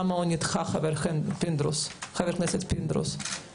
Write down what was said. חבר הכנסת פינדרוס,